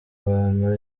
abantu